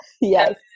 Yes